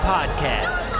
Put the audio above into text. Podcast